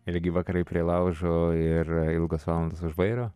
ilgi vakarai prie laužo ir ilgas valandas už vairo